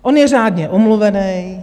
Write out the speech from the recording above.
On je řádně omluvený.